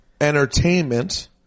entertainment